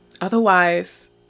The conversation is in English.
Otherwise